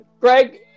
Greg